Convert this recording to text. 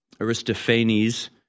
Aristophanes